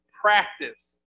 practice